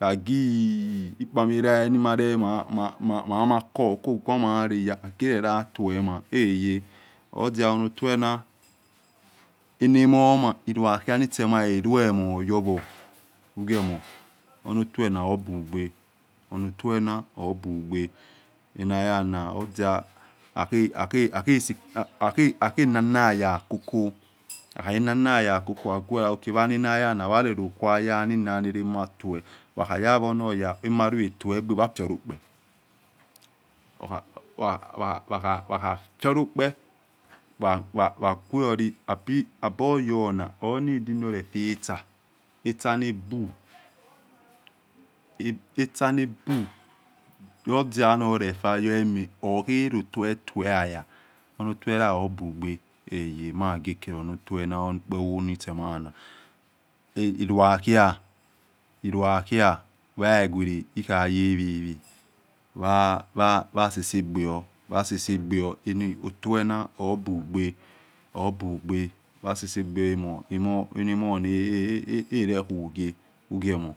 lagi ikpamere nimale mamako okogwa malaya mage rela tuel ma heye odia ono tuel na emamoma eruekhia nitsϵma eluϵmoyowo ugiemo ono tuel na obugbe ono tuel na obugbe anayana odia heahe hahe nayana koko nahahe nanaya koko halugwo anayana ware lokhuo araruna na rema tuel waha yawo emoya emalo ke tuel gbe wafiolokpe waha waha fiolokpe wawa gwioli oboyona o needi norofatsa nabu etsa nabu lilodia norefa yahama hoherotuel tuel aya huno tuel la obugbe haye magekelono tuel na onu ekpeuo nitse mana iruakhia waligwere ikhayawewe wasesogbeo ono otuel na obugbe wasese egbe a enamorna erekhughe ugliomo,